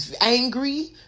angry